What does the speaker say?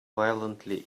violently